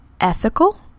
ethical